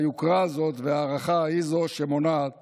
היוקרה הזאת וההערכה הן שמונעות